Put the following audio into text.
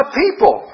people